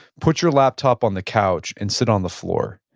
put your laptop on the couch and sit on the floor.